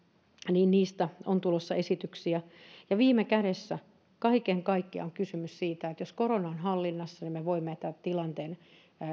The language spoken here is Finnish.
niistä on tulossa esityksiä viime kädessä on kaiken kaikkiaan kysymys siitä että jos korona on hallinnassa niin me voimme tämän tilanteen